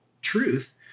truth